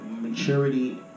maturity